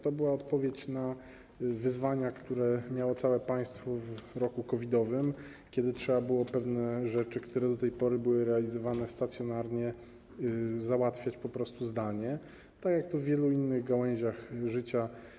To była odpowiedź na wyzwania, które miało całe państwo w roku COVID-owym, kiedy trzeba było pewne rzeczy, które do tej pory były realizowane stacjonarnie, załatwiać zdalnie, tak jak to funkcjonuje w wielu innych gałęziach życia.